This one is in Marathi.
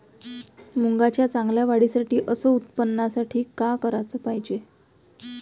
मुंगाच्या चांगल्या वाढीसाठी अस उत्पन्नासाठी का कराच पायजे?